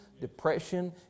depression